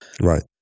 Right